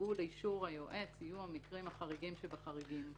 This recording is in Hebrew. שיובאו לאישור היועץ יהיו המקרים החריגים שבחריגים.